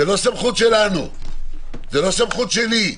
זה לא סמכות שלנו, זה לא סמכות שלי,